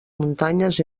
muntanyes